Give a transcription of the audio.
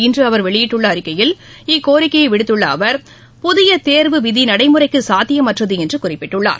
இன்று வெளியிட்டுள்ள அறிக்கையில் இக்கோரிக்கையை விடுத்துள்ள அவா் புதிய தேர்வு விதி நடைமுறைக்கு சாத்தியமற்றது என்று குறிப்பிட்டுள்ளார்